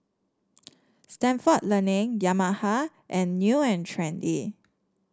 Stalford Learning Yamaha and New And Trendy